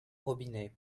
robinet